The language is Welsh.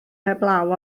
heblaw